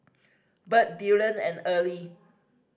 Bird Dillion and Early